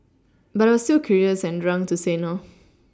but I was too curious and drunk to say no